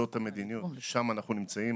זאת המדיניות, שם אנחנו נמצאים.